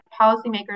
policymakers